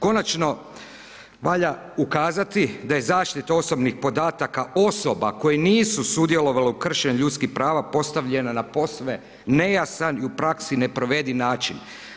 Konačno valja ukazati da je zaštita osobnih podataka osoba koje nisu sudjelovale u kršenju ljudskih prava postavljeno na posve nejasan i u praksi neprovediv način.